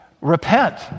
repent